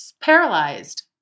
Paralyzed